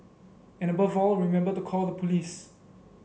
and above all remember to call the police